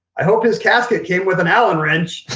i hope his casket came with an allen wrench.